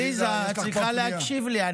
עליזה, עליזה, את צריכה להקשיב לי.